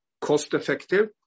cost-effective